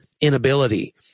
inability